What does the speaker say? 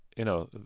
you know,